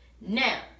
now